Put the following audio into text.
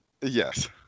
Yes